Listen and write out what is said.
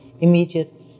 immediate